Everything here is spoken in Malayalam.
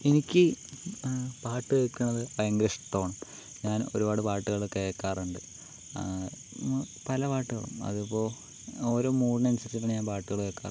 എനിക്ക് പാട്ട് കേൾക്കണത് ഭയങ്കര ഇഷ്ടമാണ് ഞാൻ ഒരുപാട് പാട്ടുകൾ കേൾക്കാറുണ്ട് പല പാട്ടുകളും അതിപ്പോൾ ഓരോ മൂഡിന് അനുസരിച്ചൊക്കെയാണ് ഞാൻ പാട്ടുകൾ കേൾക്കാറ്